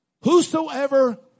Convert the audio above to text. Whosoever